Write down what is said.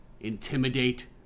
intimidate